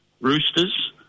Roosters